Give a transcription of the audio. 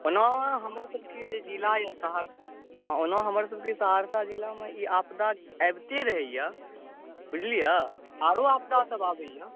ओना हमरसभके जे जिला यए सहरसा ओना हमरसभक सहरसा जिलामे ई आपदा आबिते रहैए बुझलियै आरो आपदासभ आबैए